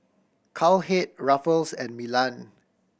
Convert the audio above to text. Cowhead Ruffles and Milan